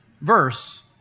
verse